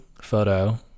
photo